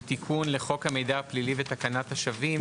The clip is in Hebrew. תיקון לחוק המידע הפלילי ותקנת השבים.